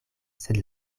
sed